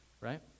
right